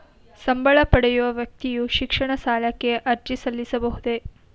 ಸಂಬಳ ಪಡೆಯುವ ವ್ಯಕ್ತಿಯು ಶಿಕ್ಷಣ ಸಾಲಕ್ಕೆ ಅರ್ಜಿ ಸಲ್ಲಿಸಬಹುದೇ?